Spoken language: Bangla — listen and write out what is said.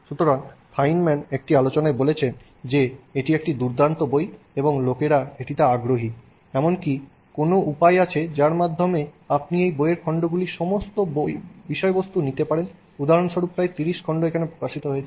সুতরাং ফাইনম্যান একটি আলোচনায় বলেছেন যে এটি একটি দুর্দান্ত বই এবং লোকেরা এটিতে আগ্রহী এমন কি কোনও উপায় আছে যার মাধ্যমে আপনি এই বইয়ের খণ্ডগুলির সমস্ত বিষয়বস্তু নিতে পারেন উদাহরণস্বরূপ প্রায় 30 খণ্ড এখানে প্রকাশিত হয়েছে